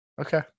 Okay